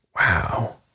Wow